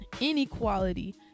inequality